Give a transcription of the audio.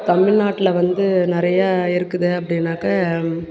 தமில்நாட்டில வந்து நிறையா இருக்குது அப்படின்னாக்க